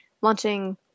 launching